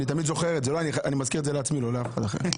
אני מזכיר את זה לעצמי, לא לאף אחד אחר.